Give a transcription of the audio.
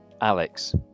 Alex